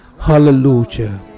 Hallelujah